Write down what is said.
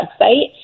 website